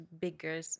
bigger